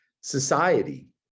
society